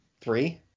Three